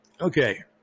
Okay